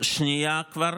שנייה כבר,